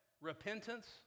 repentance